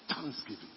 thanksgiving